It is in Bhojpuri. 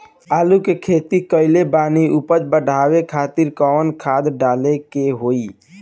आलू के खेती कइले बानी उपज बढ़ावे खातिर कवन खाद डाले के होई?